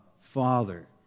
Father